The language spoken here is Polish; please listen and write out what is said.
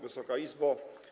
Wysoka Izbo!